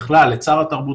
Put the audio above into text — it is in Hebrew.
בכלל את שר התרבות,